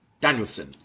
Danielson